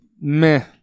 meh